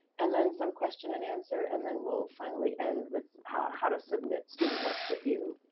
and then some question and answer and then we'll finally end with how how to submit student work that you